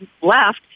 left